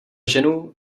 ženu